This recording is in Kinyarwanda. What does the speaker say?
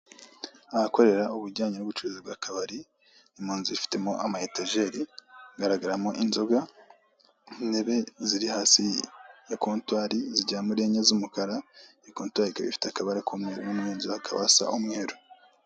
Ahakorera ubujyanye n'ubucuruzi bw'akabari, mu nzu ifitemo ama etajeri agaragaramo inzoga, n'intebe ziri hasi ya kontwari zigera muri enye z'umukara na kontwari ikaba ifite akabara k'umweru mu nzu hakaba hasa umweru.